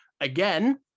Again